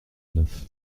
neuf